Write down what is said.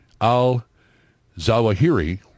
al-Zawahiri